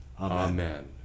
Amen